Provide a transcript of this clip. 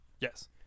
Yes